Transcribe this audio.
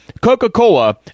Coca-Cola